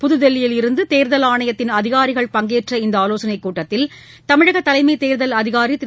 புத்தில்லியில் இருந்துதோ்தல் ஆணையத்தின் அதிகாரிகள் பங்கேற்ற இந்தஆலோசனைகூட்டத்தில் தமிழகதலைத் கேர்தல் அதிகாரி திரு